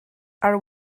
are